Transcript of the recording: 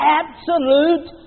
absolute